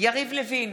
יריב לוין,